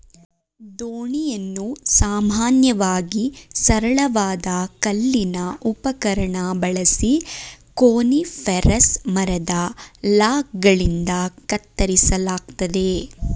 ದೋಣಿಯನ್ನು ಸಾಮಾನ್ಯವಾಗಿ ಸರಳವಾದ ಕಲ್ಲಿನ ಉಪಕರಣ ಬಳಸಿ ಕೋನಿಫೆರಸ್ ಮರದ ಲಾಗ್ಗಳಿಂದ ಕತ್ತರಿಸಲಾಗ್ತದೆ